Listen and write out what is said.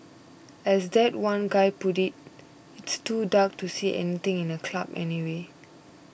as that one guy put it it's too dark to see anything in a club anyway